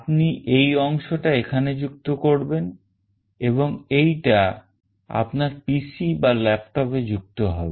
আপনি এই অংশটা এখানে যুক্ত করবেন এবং এইটা আপনার PC বা ল্যাপটপে যুক্ত হবে